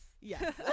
yes